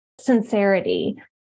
sincerity